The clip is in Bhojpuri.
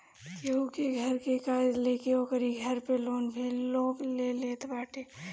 केहू के घर के कागज लेके ओकरी घर पे लोन भी लोग ले लेत बाटे